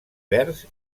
verds